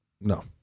no